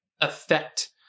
affect